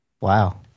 Wow